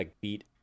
beat